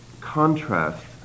contrast